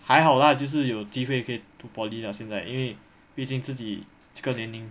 还好 lah 就是有机会可以读 poly lah 现在因为毕竟自己这个年龄